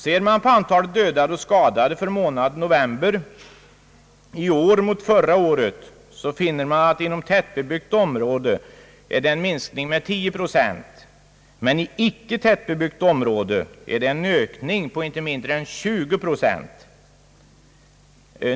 Ser man på antalet dödade och skadade för månaden november i år i jämförelse med förra året, finner man att det inom tättbebyggt område är en minskning med cirka 10 procent men att det i icke tättbebyggt område är en ökning på inte mindre än 20 procent.